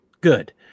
good